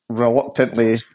reluctantly